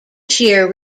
shear